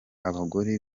abagore